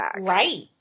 Right